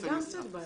זה גם קצת בעייתי.